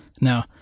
Now